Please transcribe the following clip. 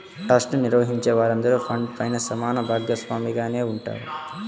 trust ని నిర్వహించే వారందరూ ఫండ్ పైన సమాన భాగస్వామిగానే ఉంటారు